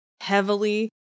heavily